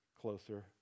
closer